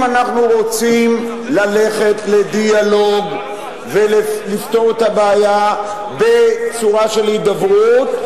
אם אנחנו רוצים ללכת לדיאלוג ולפתור את הבעיה בצורה של הידברות,